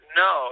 no